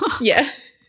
yes